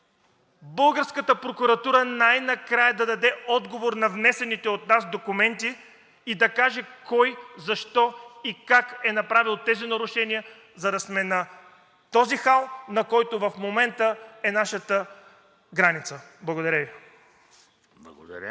българската прокуратура най-накрая да даде отговор на внесените от нас документи и да каже кой, защо и как е направил тези нарушения, за да сме на този хал, на който в момента е нашата граница. Благодаря Ви.